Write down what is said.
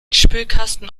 spülkasten